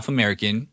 American